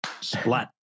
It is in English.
Splat